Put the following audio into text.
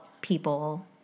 people